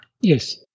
Yes